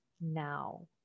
now